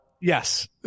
Yes